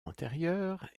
antérieures